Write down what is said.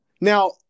Now